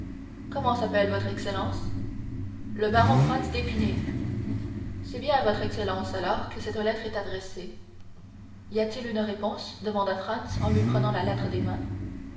comment s'appelle votre excellence le baron franz d'épinay c'est bien à votre excellence alors que cette lettre est adressée y a-t-il une réponse demanda franz en lui prenant la lettre des mains